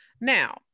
now